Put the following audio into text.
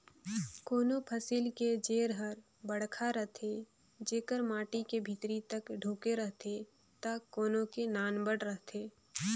कोनों फसिल के जेर हर बड़खा रथे जेकर माटी के भीतरी तक ढूँके रहथे त कोनो के नानबड़ रहथे